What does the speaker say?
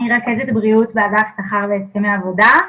אני רכזת בריאות בענף שכר והסכמי עבודה.